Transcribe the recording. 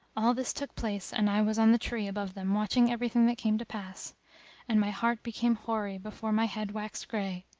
all this took place and i was on the tree above them watching everything that came to pass and my heart became hoary before my head waxed grey,